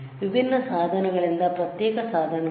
ವಿಭಿನ್ನ ಸಾಧನಗಳಿಂದ ಪ್ರತ್ಯೇಕ ಸಾಧನಗಳು